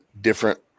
different